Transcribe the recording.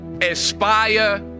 Aspire